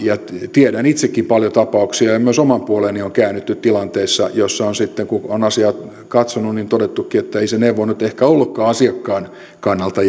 tiedän itsekin paljon tapauksia ja ja myös omaan puoleeni on käännytty tilanteissa joissa on sitten kun on asiat katsonut todettukin ettei se neuvo nyt ehkä ollutkaan asiakkaan kannalta